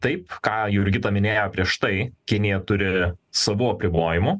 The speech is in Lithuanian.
taip ką jurgita minėjo prieš tai kinija turi savų apribojimų